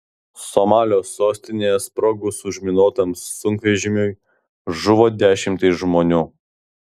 somalio sostinėje sprogus užminuotam sunkvežimiui žuvo dešimtys žmonių